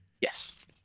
Yes